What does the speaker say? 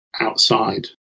outside